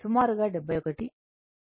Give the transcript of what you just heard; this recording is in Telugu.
కాబట్టి